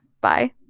Bye